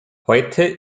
heute